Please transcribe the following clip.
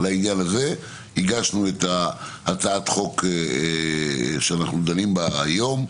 לעניין הזה הגשנו את הצעת החוק שאנחנו דנים בה היום,